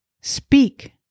speak